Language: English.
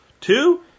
Two